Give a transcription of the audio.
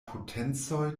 potencoj